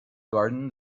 garden